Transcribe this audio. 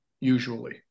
usually